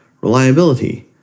reliability